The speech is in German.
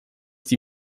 die